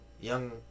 Young